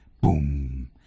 boom